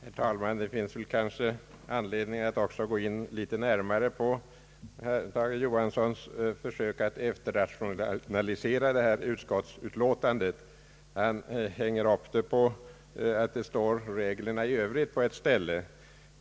Herr talman! Det finns kanske anledning att också gå "litet närmare in på herr Tage Johanssons försök att efterrationalisera bevillningsutskottets betänkande. Han hänger upp det hela på att det på något ställe står »reglerna i övrigt».